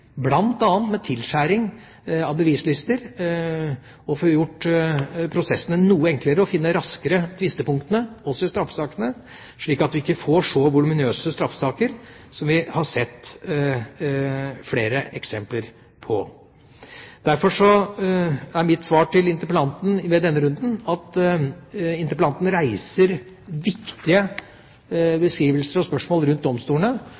bl.a. med tilskjæring av bevislister, få gjort prosessene noe enklere og raskere finne tvistepunktene også i straffesakene, slik at vi ikke får så voluminøse straffesaker som vi har sett flere eksempler på. Mitt svar til interpellanten i denne runden er at interpellanten reiser viktige spørsmål rundt beskrivelse av domstolene,